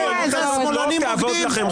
הבריונות הזאת לא תעבוד לכם.